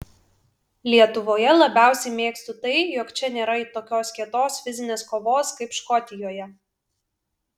lietuvoje labiausiai mėgstu tai jog čia nėra tokios kietos fizinės kovos kaip škotijoje